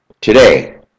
today